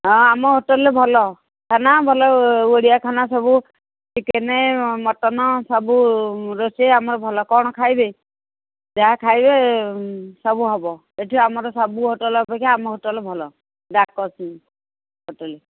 ହଁ ଆମ ହୋଟେଲରେ ଭଲ ଖାନା ଭଲ ଓଡ଼ିଆ ଖାନା ସବୁ ଚିକେନ୍ ମଟନ୍ ସବୁ ରୋଷେଇ ଆମର ଭଲ କ'ଣ ଖାଇବେ ଯାହା ଖାଇବେ ସବୁ ହେବ ଏଠୁ ଆମର ସବୁ ହୋଟେଲ୍ ଅପେକ୍ଷା ଆମ ହୋଟେଲ୍ ଭଲ ଡାକନ୍ତି ହୋଟେଲ୍